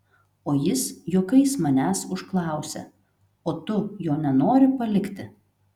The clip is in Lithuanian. o jis juokais manęs užklausė o tu jo nenori palikti